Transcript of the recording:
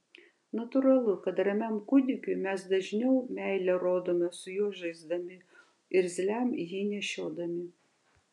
natūralu kad ramiam kūdikiui mes dažniau meilę rodome su juo žaisdami irzliam jį nešiodami